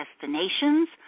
destinations